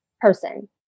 person